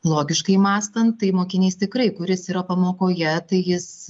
logiškai mąstant tai mokinys tikrai kuris yra pamokoje tai jis